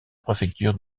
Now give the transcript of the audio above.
préfecture